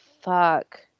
fuck